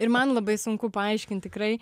ir man labai sunku paaiškint tikrai